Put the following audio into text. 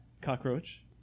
Cockroach